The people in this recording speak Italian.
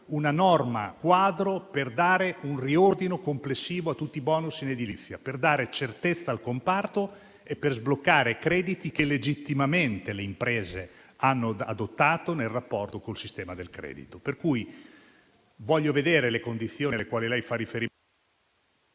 una norma quadro per dare un riordino complessivo a tutti i *bonus* in edilizia, per dare certezza al comparto e per sbloccare i crediti che legittimamente le imprese hanno adottato nel rapporto con il sistema del credito. Pertanto voglio vedere le condizioni alle quali lei fa riferimento...